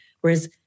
Whereas